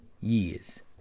years